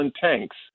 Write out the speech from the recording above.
tanks